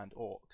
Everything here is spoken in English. Orcs